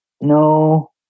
No